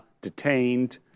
detained